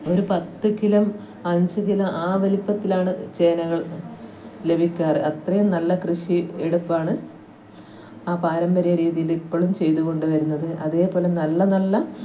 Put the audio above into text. ഒരു പത്ത് കിലോ അഞ്ചു കിലോ ആ വലുപ്പത്തിലാണ് ചേനകള് ലഭിക്കാറ് അത്രയും നല്ല കൃഷിയെടുപ്പാണ് ആ പാരമ്പര്യ രീതിയിൽ ഇപ്പോളും ചെയ്തു കൊണ്ട് വരുന്നത് അതേപോലെ നല്ല നല്ല